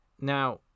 Now